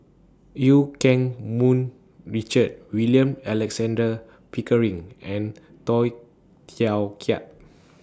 EU Keng Mun Richard William Alexander Pickering and Tay Teow Kiat